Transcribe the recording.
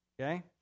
okay